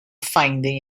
finding